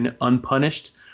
unpunished